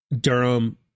Durham